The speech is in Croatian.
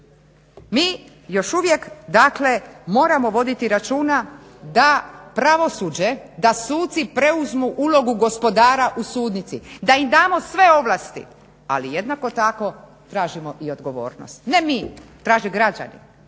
Mi još uvijek dakle moramo voditi računa da pravosuđe, da suci preuzmu ulogu gospodara u sudnici, da im damo sve ovlasti ali jednako tako tražimo i odgovornost. Ne mi traže građani,